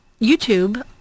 YouTube